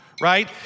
right